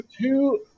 two